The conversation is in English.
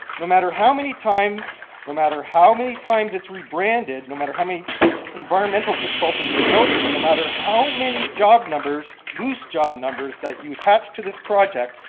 no matter how many times, no matter how many times it's rebranded, no matter how many environmental consultants you go through, no matter how many job numbers, loose job numbers that you attached to this project,